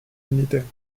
militaires